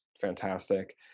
fantastic